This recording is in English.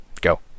Go